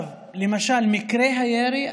במקרי הירי,